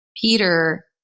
Peter